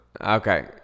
okay